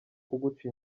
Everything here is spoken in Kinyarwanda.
kuguca